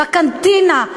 בקנטינה.